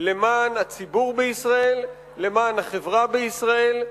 למען הציבור בישראל, למען החברה בישראל,